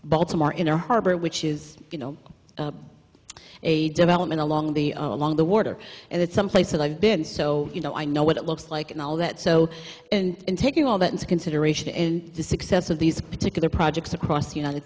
baltimore inner harbor which is you know a development along the along the water and that some places i've been so you know i know what it looks like and all that so and taking all that into consideration the success of these particular projects across the united